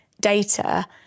data